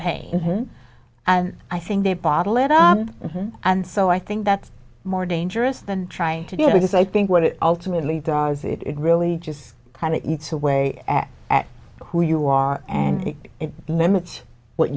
pain and i think they bottle it up and so i think that's more dangerous than trying to do it because i think what it ultimately does it it really just kind of eats away at who you are and it limits what